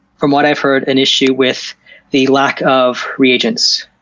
from what i've heard, an issue with the lack of reagents.